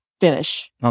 finish